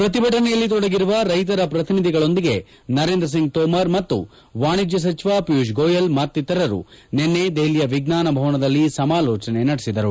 ಪ್ರತಿಭಟನೆಯಲ್ಲಿ ತೊಡಗಿರುವ ರೈತರ ಪ್ರತಿನಿಧಿಗಳೊಂದಿಗೆ ನರೇಂದ್ರ ಸಿಂಗ್ ತೋಮರ್ ಮತ್ತು ವಾಣಿಜ್ಯ ಸಚಿವ ಪಿಯೂಷ್ ಗೋಯಲ್ ಮತ್ತಿತರರು ನಿನ್ನೆ ದೆಹಲಿಯ ವಿಜ್ಞಾನ ಭವನದಲ್ಲಿ ಸಮಾಲೋಚನೆ ನಡೆಸಿದರು